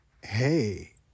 Hey